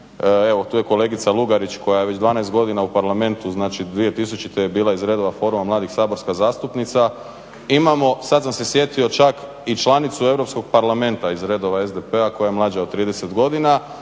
Evo tu je kolegica Lugarić koja je već 12 godina u Parlamentu, znači 2000. je bila iz redova Foruma mladih saborska zastupnica. Imamo sad sam se sjetio čak i članicu Europskog parlamenta iz redova SDP-a koja je mlađa od 30 godina